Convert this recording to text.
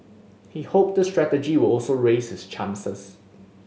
he hopes this strategy would also raise his chances